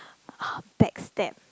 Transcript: backstab